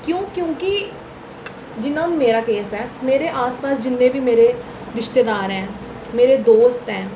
क्यों क्योंकि जि'यां हून मेरा केस ऐ मेरे आस पास जिन्ने बी मेरे रिश्तेदार हैन मेरे दोस्त ऐ